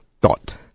Dot